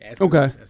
Okay